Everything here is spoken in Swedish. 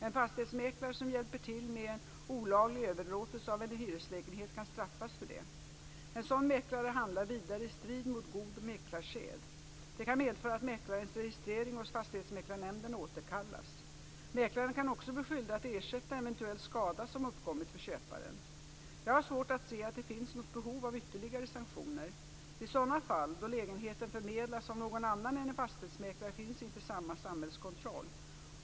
En fastighetsmäklare som hjälper till med en olaglig överlåtelse av en hyreslägenhet kan straffas för det. En sådan mäklare handlar vidare i strid med god mäklarsed. Det kan medföra att mäklarens registrering hos Fastighetsmäklarnämnden återkallas. Mäklaren kan också bli skyldig att ersätta eventuell skada som uppkommit för köparen. Jag har svårt att se att det finns något behov av ytterligare sanktioner. I sådana fall då lägenheten förmedlas av någon annan än en fastighetsmäklare finns inte samma samhällskontroll.